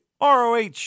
ROH